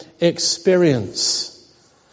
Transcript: experience